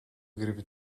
gribi